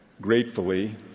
Gratefully